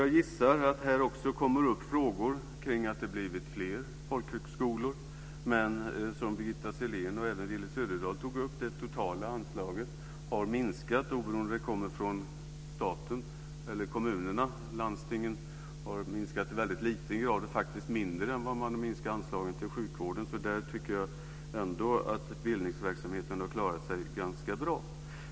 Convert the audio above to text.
Jag gissar att det här också kommer upp frågor om att det har blivit fler folkhögskolor, vilket Birgitta Sellén och även Willy Söderdahl tog upp. Det totala anslaget har minskat, både när det gäller anslagen från staten och från kommunerna. Landstingen har minskat sina anslag väldigt lite, faktiskt mindre än vad de har minskat sina anslag till sjukvården. Så där tycker jag att bildningsverksamheten har klarat sig ganska bra.